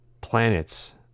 planets